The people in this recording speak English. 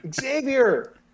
xavier